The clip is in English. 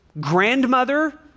grandmother